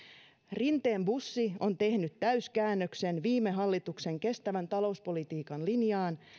rinteen bussi on tehnyt täyskäännöksen viime hallituksen kestävän talouspolitiikan linjaan